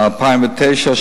2009,